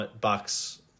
bucks